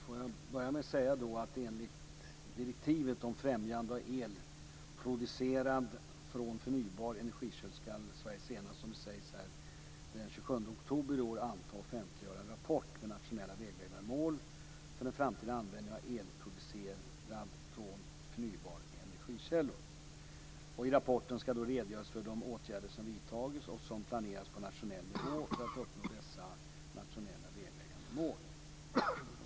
Herr talman! Får jag börja med att säga att enligt direktivet om främjande av el producerad från förnybara energikällor ska Sverige, som det sägs här, senast den 27 oktober i år anta och offentliggöra en rapport med nationella vägledande mål för den framtida användningen av el producerad från förnybara energikällor. I rapporten ska då redogöras för de åtgärder som har vidtagits och som planeras på nationell nivå för att uppnå dessa nationella vägledande mål.